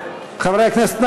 חברי הכנסת,